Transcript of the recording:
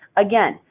again,